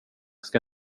ska